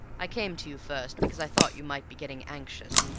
i came to you first, because i thought you might be getting anxious.